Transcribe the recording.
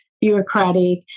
bureaucratic